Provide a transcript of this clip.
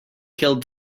killed